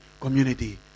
community